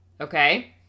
okay